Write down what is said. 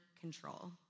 control